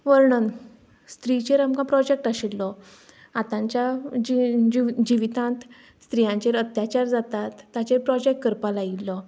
वर्णन स्त्रीचेर आमकां प्रोजेक्ट आशिल्लो आतांच्या जि जिवितांत स्त्रियांचेर अत्याचार जातात ताचेर प्रोजेक्ट करपाक लायिल्लो